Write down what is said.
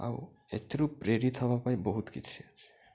ଆଉ ଏଥିରୁ ପ୍ରେରିତ ହବା ପାଇଁ ବହୁତ କିଛି ଅଛି